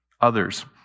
others